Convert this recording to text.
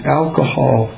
alcohol